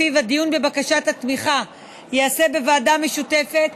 שבו הדיון בבקשת התמיכה ייעשה בוועדה משותפת,